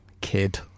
kid